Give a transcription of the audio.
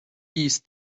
east